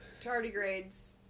tardigrades